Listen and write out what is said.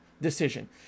decision